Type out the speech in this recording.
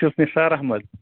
بہٕ چھُس نِثار اَحمد